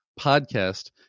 podcast